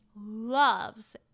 loves